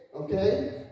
okay